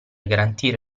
garantire